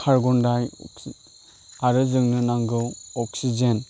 कार्बनडाइ अक्सइड आरो जोंनो नांगौ अक्सिजेन